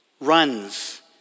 runs